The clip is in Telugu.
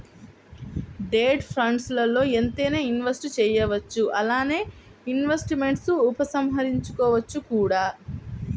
డెట్ ఫండ్స్ల్లో ఎంతైనా ఇన్వెస్ట్ చేయవచ్చు అలానే ఇన్వెస్ట్మెంట్స్ను ఉపసంహరించుకోవచ్చు కూడా